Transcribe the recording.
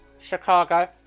Chicago